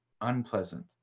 unpleasant